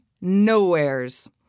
nowheres